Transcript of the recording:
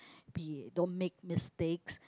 be don't make mistakes